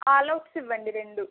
all outs ఇవ్వండి రెండు